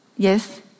Yes